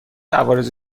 عوارض